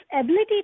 ability